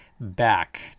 back